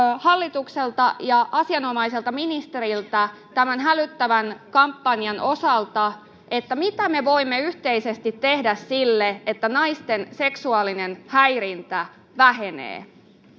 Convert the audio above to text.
hallitukselta ja asianomaiselta ministeriltä tämän hälyttävän kampanjan osalta mitä me me voimme yhteisesti tehdä jotta naisten seksuaalinen häirintä vähenee